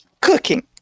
cooking